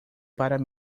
para